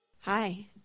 Hi